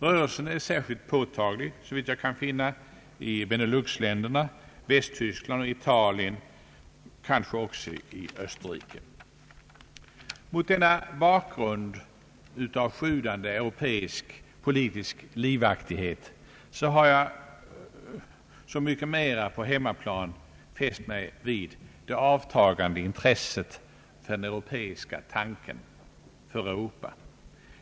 Rörelsen är särskilt påtaglig, såvitt jag kan finna, i Beneluxländerna, i Västtyskland och i Italien men kanske även i Österrike. Mot denna bakgrund av sjudande eu Allmänpolitisk debatt ropeisk politisk livaktighet har jag så mycket mera på hemmaplan fäst mig vid det avtagande intresset för den europeiska tanken och för Europa.